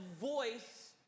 voice